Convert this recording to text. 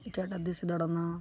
ᱮᱴᱟᱜ ᱮᱴᱟᱜ ᱫᱮᱥᱼᱮ ᱫᱟᱬᱟᱱᱟ